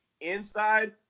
inside